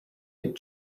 had